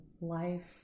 life